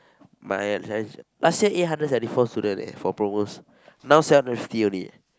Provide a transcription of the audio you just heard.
my Chinese teacher last year eight hundred seventy four students for promos now seven hundred fifty only